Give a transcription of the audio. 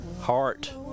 Heart